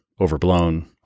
overblown